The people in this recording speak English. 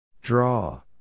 Draw